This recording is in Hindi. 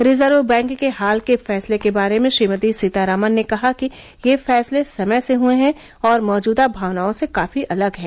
रिजर्व बैंक के हाल के फैसले के बारे में श्रीमती सीतारामन ने कहा कि ये फैसले समय से हए हैं और मौजूदा भावनाओं से काफी अलग हैं